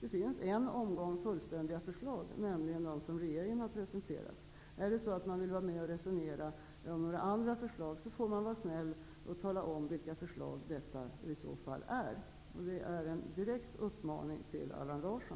det finns en omgång fullständiga förslag, nämligen de förslag som regeringen har presenterat. Vill man vara med och resonera om några andra förslag, får man vara snäll och tala om vilka förslag det i så fall handlar om. Det är en direkt uppmaning till Allan Larsson.